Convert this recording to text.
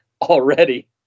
already